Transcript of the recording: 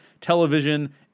television